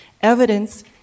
Evidence